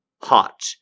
hot